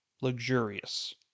luxurious